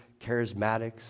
charismatics